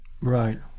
right